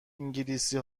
انگلیسی